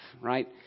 Right